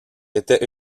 était